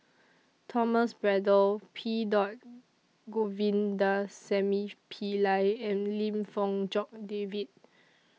Thomas Braddell P Govindasamy Pillai and Lim Fong Jock David